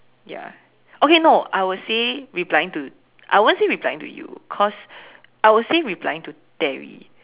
ya okay no I will say replying to I won't say replying to you cause I will say replying to Terry